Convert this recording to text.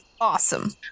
awesome